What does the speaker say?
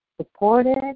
Supported